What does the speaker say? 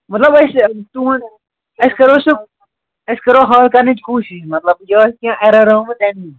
مطلب أسۍ تُہُنٛد أسۍ کَرو سُہ أسۍ کَرو حَل کَرنٕچ کوٗشِش مطلب یہِ آسہِ کیٚنٛہہ اٮ۪رَر آمُت اَمی